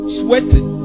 sweating